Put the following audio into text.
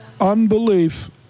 Unbelief